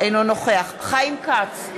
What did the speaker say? אינו נוכח חיים כץ,